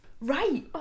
right